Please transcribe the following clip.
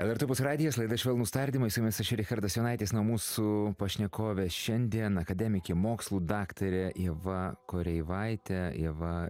lrt opus radijas laida švelnūs tardymai su jumis aš richardas jonaitis na o mūsų pašnekovė šiandien akademikė mokslų daktarė ieva koreivaitė ieva